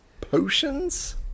Potions